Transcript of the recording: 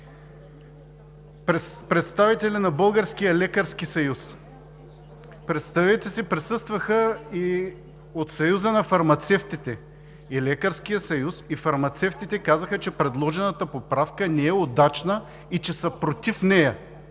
представители на Българския лекарски съюз. Представете си, присъстваха и от Съюза на фармацевтите! И Лекарският съюз и фармацевтите казаха, че предложената поправка не е удачна и че са против нея.